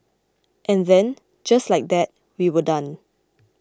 and then just like that we were done